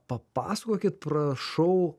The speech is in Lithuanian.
papasakokit prašau